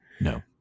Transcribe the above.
No